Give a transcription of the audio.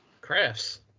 Crafts